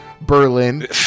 Berlin